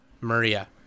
Maria